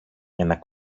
ένα